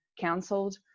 cancelled